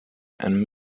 and